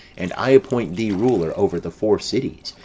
and i appoint thee ruler over the four cities,